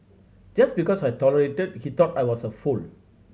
just because I tolerated he thought I was a fool